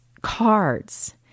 cards